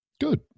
Good